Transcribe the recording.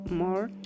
more